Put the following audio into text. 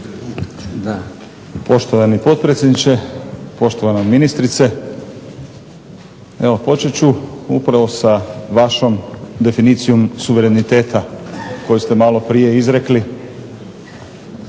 Poštovani potpredsjedniče, poštovana ministrice. Evo počet ću upravo vašom definicijom suvereniteta koju ste malo prije izrekli.